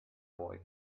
boy